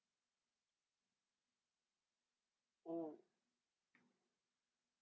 oh